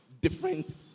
different